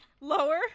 Lower